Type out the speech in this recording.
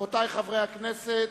רבותי חברי הכנסת,